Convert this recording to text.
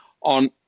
on